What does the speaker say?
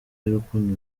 y’urukundo